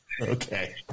Okay